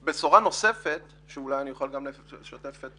בשורה נוספת שאולי אני יכול לשתף בה את